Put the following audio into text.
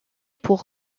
pour